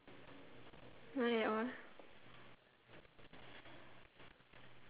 not at all